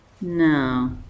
No